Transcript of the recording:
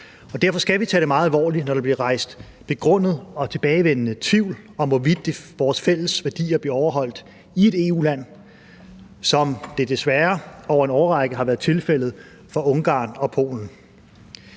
derfor skal vi tage det meget alvorligt, når der bliver rejst begrundet og tilbagevendende tvivl om, hvorvidt vores fælles værdier bliver overholdt i et EU-land, som det desværre over en årrække har været tilfældet for Ungarn og Polen.